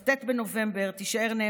פשוט כי אין לנו